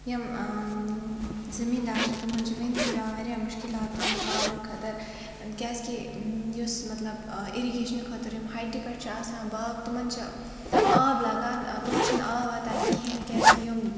یِم زٔمیٖن دار چھِ تِمن چھِ ونہِ تہِ پیٚوان واریاہ مُشکِلات تُلانۍ پاورٕ خٲطرٕ کیازِ کہِ یُس مطلب اِرِگیشنہٕ خٲطرٕ یِم ہٲیٹہِ پٮ۪ٹھ چھِ آسان باغ تِمن چھِ آب لگان تور چھِ نہٕ آب واتان کِہینۍ کیازِ کہِ یِم